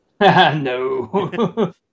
No